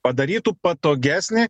padarytų patogesnį